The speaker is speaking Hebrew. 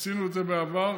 עשינו את זה בעבר.